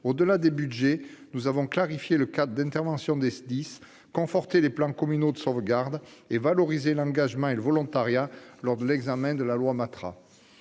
Au-delà des budgets, nous avons clarifié le cadre d'intervention des Sdis, conforté les plans communaux de sauvegarde et valorisé l'engagement et le volontariat lors de l'examen de la loi de